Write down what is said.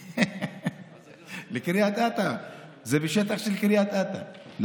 זה בשטח של קריית אתא,